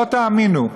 לא תאמינו,